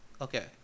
okay